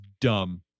dumb